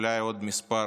ואולי לעוד מספר